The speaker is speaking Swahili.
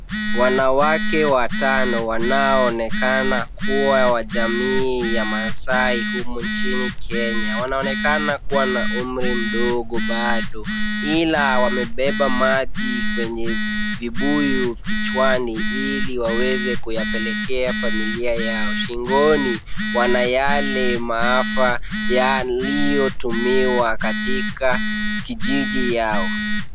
Wanawake watano wanaoonekana kuwa wa jamii ya Maasai humu nchini Kenya wanaonekana kuwa na umri mdogo bado ila wamebeba maji kwenye vibuyu kichwani, ili waweze kuyapelekea familia yao. Shingoni wana yale maafa yaliyotumiwa katika kijiji yao.